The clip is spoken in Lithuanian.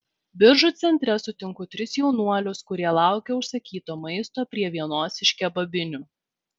biržų centre sutinku tris jaunuolius kurie laukia užsakyto maisto prie vienos iš kebabinių